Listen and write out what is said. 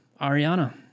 Ariana